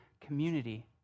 community